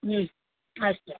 अस्तु